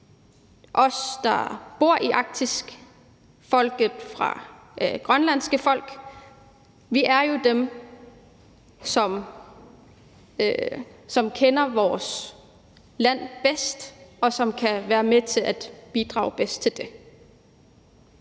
Os, der bor i Arktis, det grønlandske folk, er jo dem, som kender vores land bedst, og som kan være med til at bidrage bedst til det.